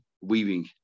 weaving